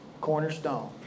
cornerstone